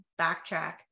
backtrack